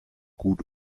gut